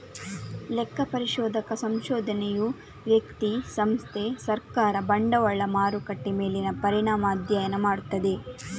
ಲೆಕ್ಕ ಪರಿಶೋಧಕ ಸಂಶೋಧನೆಯು ವ್ಯಕ್ತಿ, ಸಂಸ್ಥೆ, ಸರ್ಕಾರ, ಬಂಡವಾಳ ಮಾರುಕಟ್ಟೆ ಮೇಲಿನ ಪರಿಣಾಮ ಅಧ್ಯಯನ ಮಾಡ್ತದೆ